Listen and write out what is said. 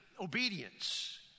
obedience